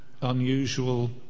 unusual